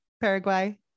Paraguay